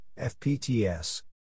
FPTS